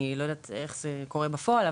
אני לא יודעת איך זה קורה בפועל.